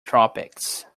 tropics